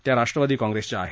त्या राष्टवादी काँग्रेसच्या आहेत